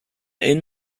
inn